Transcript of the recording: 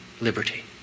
liberty